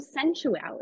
sensuality